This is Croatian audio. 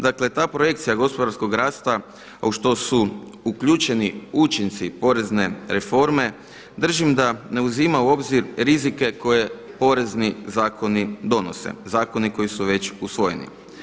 Dakle, ta projekcija gospodarskog rasta, a u što su uključeni učinci porezne reforme držim da ne uzima u obzir rizike koje porezni zakoni donose, zakoni koji su već usvojeni.